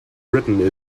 written